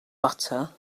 butter